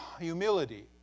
humility